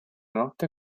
notte